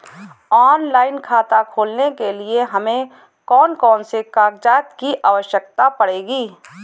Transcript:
Online खाता खोलने के लिए हमें कौन कौन से कागजात की आवश्यकता पड़ेगी?